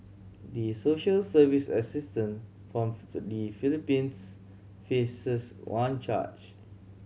the social service assistant from the Philippines faces one charge